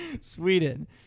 Sweden